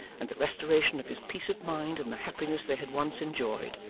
and the restoration of his peace of mind and the happiness they had once enjoyed,